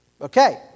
Okay